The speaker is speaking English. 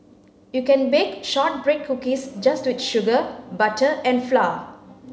you can bake shortbread cookies just with sugar butter and flour